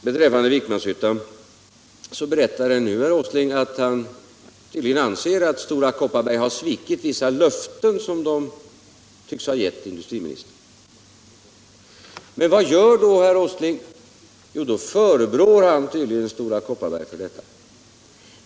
Beträffande Vikmanshyttan berättade nu herr Åsling att han anser att Stora Kopparberg har svikit vissa löften som man tycks ha gett industriministern. Men vad gör då herr Åsling? Jo, då förebrår han Stora Kopparberg för detta.